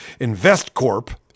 InvestCorp